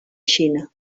xina